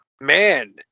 man